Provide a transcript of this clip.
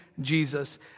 Jesus